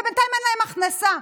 ובינתיים אין להן הכנסה.